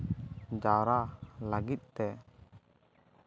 ᱡᱟᱣᱨᱟ ᱞᱟᱹᱜᱤᱫ ᱛᱮ